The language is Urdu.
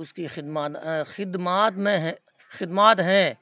اس کی خدمات میں ہے خدمات ہیں